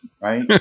right